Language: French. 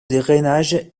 drainage